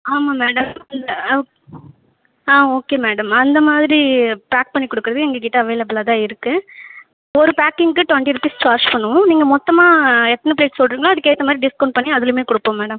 ஆமாம் மேடம் இல்லை ஆ ஓகே மேடம் அந்த மாதிரி பேக் பண்ணி கொடுக்கறது எங்ககிட்ட அவைளபுலாக தான் இருக்குது ஒரு பேக்கிங்க்கு டொண்ட்டி ருப்பீஸ் சார்ஜ் பண்ணுவோம் நீங்கள் மொத்தமாக எத்தனை பேருக்கு சொல்கிறீங்களோ அதுக்கேற்ற மாதிரி டிஸ்கௌண்ட் பண்ணி அதுலையுமே கொடுப்போம் மேடம்